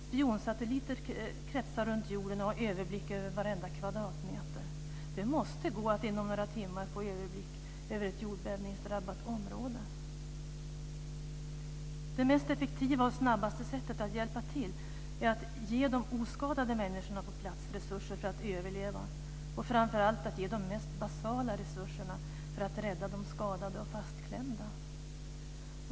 Spionsatelliter kretsar runt jorden och har överblick över varenda kvadratmeter. Det måste gå att inom några timmar få överblick över ett jordbävningsdrabbat område. Det mest effektiva och snabbaste sättet att hjälpa till är att ge de oskadade människorna på plats resurser för att överleva och framför allt att ge de mest basala resurserna för att rädda de skadade och fastklämda.